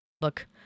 Look